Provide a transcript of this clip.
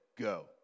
go